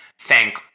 thank